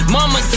Mama